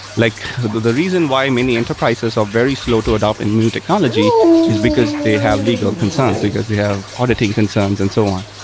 like the reason why many enterprises are very slow to adapt in new technology is because they have legal concerns, because they have auditing concerns and so on.